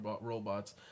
robots